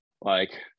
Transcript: like-